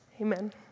Amen